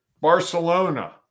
Barcelona